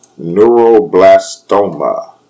neuroblastoma